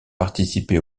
participé